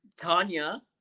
Tanya